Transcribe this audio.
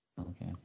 Okay